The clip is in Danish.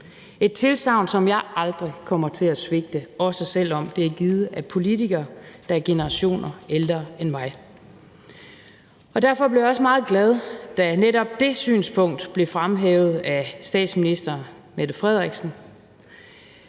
et tilsagn, som jeg aldrig kommer til at svigte, også selv om det er givet af politikere, der er generationer ældre end mig. Derfor blev jeg også meget glad, da netop det synspunkt blev fremhævet af statsminister Mette Frederiksen.